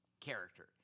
character